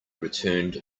returned